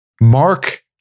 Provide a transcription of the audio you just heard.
Mark